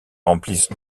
remplissent